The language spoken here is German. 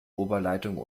oberleitung